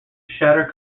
shatter